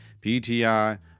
PTI